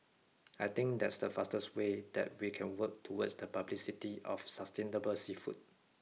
I think that's the fastest way that we can work towards the publicity of sustainable seafood